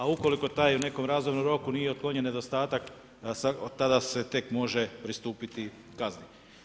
A ukoliko taj netko u razumnom roku nije otklonjen nedostatak, tada se tek može pristupiti gazdi.